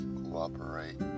cooperate